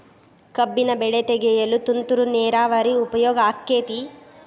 ಕಬ್ಬಿನ ಬೆಳೆ ತೆಗೆಯಲು ತುಂತುರು ನೇರಾವರಿ ಉಪಯೋಗ ಆಕ್ಕೆತ್ತಿ?